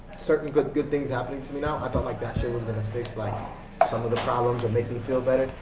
certain good good things happening to me now, i felt like that shit was gonna fix like some of the problems or make me feel better.